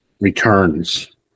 returns